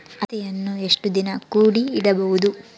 ಹತ್ತಿಯನ್ನು ಎಷ್ಟು ದಿನ ಕೂಡಿ ಇಡಬಹುದು?